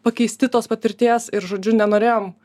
pakeisti tos patirties ir žodžiu nenorėjom